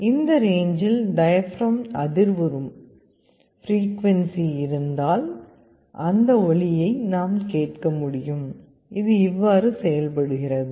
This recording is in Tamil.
இந்த ரேஞ்சில் டயப்ரம் அதிர்வுறும் பிரீக்குவன்ஸி இருந்தால் அந்த ஒலியை நாம் கேட்க முடியும் இது இவ்வாறு செயல்படுகிறது